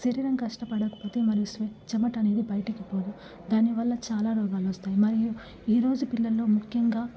శరీరం కష్టపడకపోతే మరియు స్వే చెమటనేది బయటకిపోదు దానివల్ల చాలా రోగాలొస్తాయి మరియు ఈ రోజు పిల్లల్లో ముఖ్యంగా